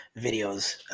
videos